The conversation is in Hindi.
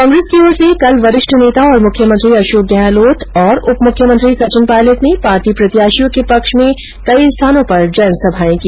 कांग्रेस की ओर से कल वरिष्ठ नेता और मुख्यमंत्री अशोक गहलोत और उप मुख्यमंत्री सचिन पायलट ने पार्टी प्रत्याशियों के पक्ष में कई स्थानों पर जनसभाए की